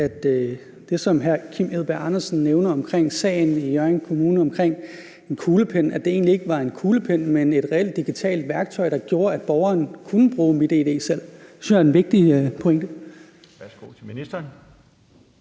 at det, som hr. Kim Edberg Andersen nævner om sagen i Hjørring Kommune omkring en kuglepen, at det egentlig ikke var en kuglepen, men et reelt digitalt værktøj, der gjorde, at borgeren kunne bruge MitID selv. Det synes jeg er en vigtig pointe.